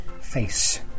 face